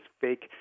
fake